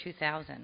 2000